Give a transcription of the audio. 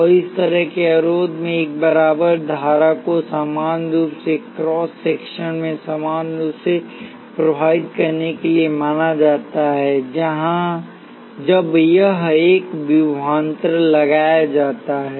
और उस तरह के अवरोधक में एक धारा को समान रूप से क्रॉस सेक्शन में समान रूप से प्रवाहित करने के लिए माना जाता है जब यहां एक विभवांतर लगाया जाता है